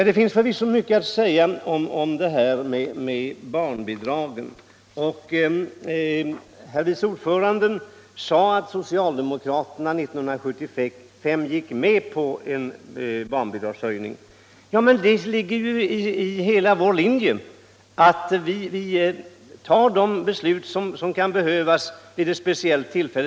Det finns förvisso mycket att säga om barnbidragen, och utskottets herr vice ordförande sade att socialdemokraterna 1975 gick med på en barnbidragshöjning. Ja, det ligger ju i vår linje att vi tar de beslut som kan behövas vid ett speciellt tillfälle.